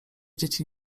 dzieci